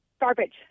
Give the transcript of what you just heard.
Garbage